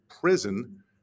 prison